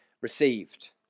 received